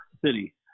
city